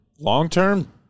long-term